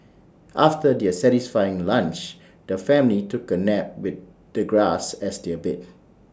after their satisfying lunch the family took A nap with the grass as their bed